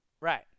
Right